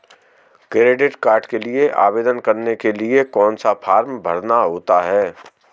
Credit card के लिए आवेदन करने के लिए कौन सा फॉर्म भरना होता है?